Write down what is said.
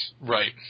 Right